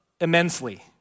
immensely